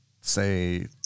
say